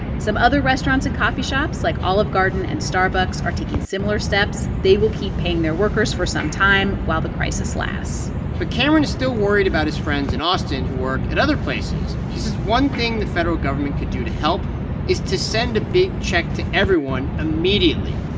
some other restaurants and coffee shops, like olive garden and starbucks, are taking similar steps. they will keep paying their workers for some time while the crisis lasts but cameron is still worried about his friends in austin who work at other places. he says one thing the federal government could do to help is to send a big check to everyone immediately.